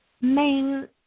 main